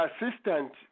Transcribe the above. assistant